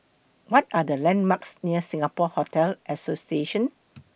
What Are The landmarks near Singapore Hotel Association